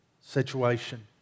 situation